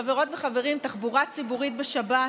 חברות וחברים, תחבורה ציבורית בשבת